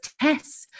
tests